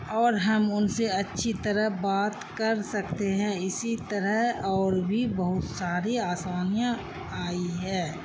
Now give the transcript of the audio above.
اور ہم ان سے اچھی طرح بات کر سکتے ہیں اسی طرح اور بھی بہت ساری آسانیاں آئی ہے